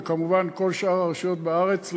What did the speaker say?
וכמובן כל שאר הרשויות בארץ,